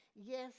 yes